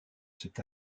cette